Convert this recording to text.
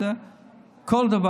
הוא עשה את זה בכל דבר.